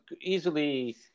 easily